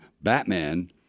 Batman